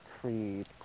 creed